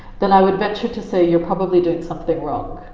then i would venture to say you're probably doing something wrong.